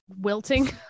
wilting